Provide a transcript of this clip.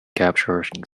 capturing